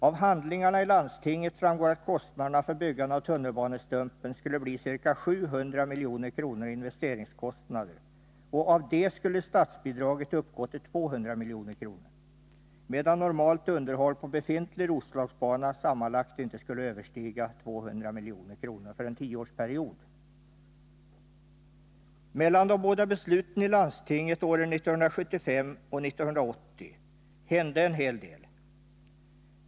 Av handlingarna i landstinget framgår att kostnaderna för byggande av tunnelbanestumpen skulle bli ca 700 milj.kr. i investeringskostnader och att statsbidraget skulle uppgå till 200 milj.kr., medan normalt underhåll av befintlig Roslagsbana sammanlagt inte skulle överstiga 200 milj.kr. för en tioårsperiod. Mellan de båda besluten i landstinget åren 1975 och 1980 hände en hel del.